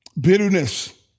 bitterness